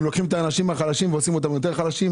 הם לוקחים את האנשים החלשים ועושים אותם יותר חלשים.